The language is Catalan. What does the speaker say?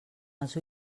els